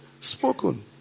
spoken